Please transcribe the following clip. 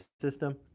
system